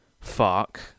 Fuck